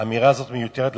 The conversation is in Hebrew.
האמירה הזאת מיותרת לחלוטין,